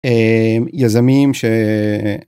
יזמים.